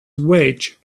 wedge